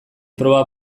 proba